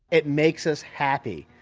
it makes us happy,